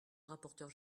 rapporteur